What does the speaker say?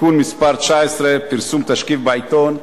(תיקון מס' 19) (פרסום תשקיף בעיתון),